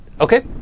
Okay